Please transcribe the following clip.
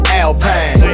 alpine